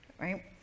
right